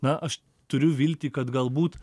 na aš turiu viltį kad galbūt